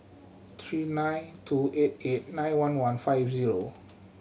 three nine two eight eight nine one one five zero